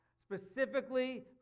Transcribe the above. specifically